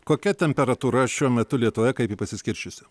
kokia temperatūra šiuo metu lietuvoje kaip ji pasiskirsčiusi